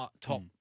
top